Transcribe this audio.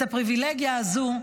את הפריבילגיה הזו,